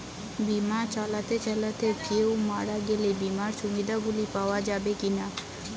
বিমা চালাতে চালাতে কেও মারা গেলে বিমার সুবিধা গুলি পাওয়া যাবে কি না?